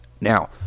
Now